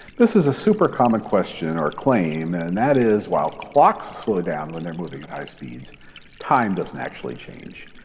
this is a super common question or claim and that is while clocks slow down when they are moving at high speeds, but time doesn't actually change.